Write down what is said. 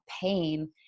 pain